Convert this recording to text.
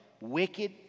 wicked